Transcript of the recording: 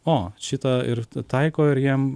o šitą ir taiko ir jam